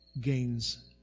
gains